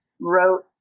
wrote